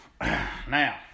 now